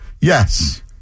Yes